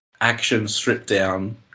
action-stripped-down